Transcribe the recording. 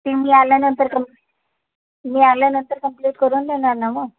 ते मी आल्यानंतर कम मी आल्यानंतर कम्प्लिट करून देणार ना मग